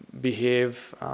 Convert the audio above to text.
behave